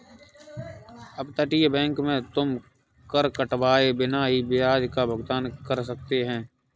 अपतटीय बैंक में तुम कर कटवाए बिना ही ब्याज का भुगतान कर सकते हो